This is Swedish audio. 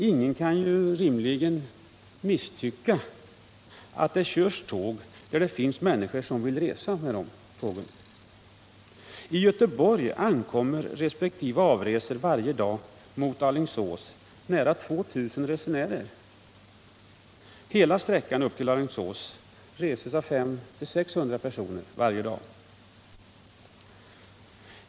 Ingen kan rimligen misstycka att det körs tåg där det finns människor som vill resa med tågen. I Göteborg ankommer resp. avreser varje dag på Alingsåslinjen nära 2 000 resenärer. 500-600 personer reser varje dag hela sträckan till Alingsås.